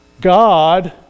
God